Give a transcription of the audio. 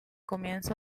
comienzo